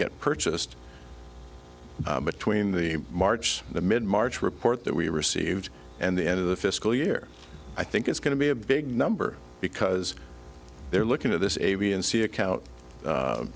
get purchased between the march the mid march report that we received and the end of the fiscal year i think it's going to be a big number because they're looking at this a b and c account